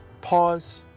pause